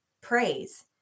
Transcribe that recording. praise